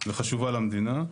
מאוד וחשובה למדינה.